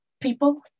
people